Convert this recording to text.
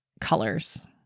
colors